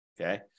okay